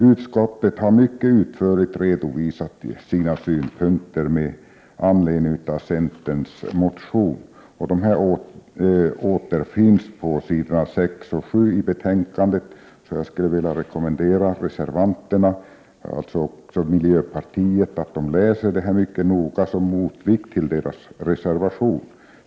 Utskottet har mycket utförligt redovisat sina synpunkter med anledning av centerns motion. De återfinns på s. 6 och 7 i betänkandet, och jag skulle vilja rekommendera reservanterna inkl. miljöpartiets företrädare att läsa vad som står där mycket noga som motvikt till deras reservation.